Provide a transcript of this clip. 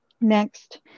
next